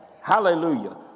Hallelujah